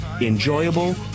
enjoyable